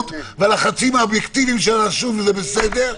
והלחצים האובייקטיביים שלה לשוב לבסדר.